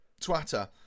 Twitter